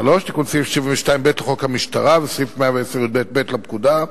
3. תיקון סעיף 72(ב) לחוק המשטרה וסעיף 110יב(ב) לפקודה,